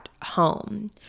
Home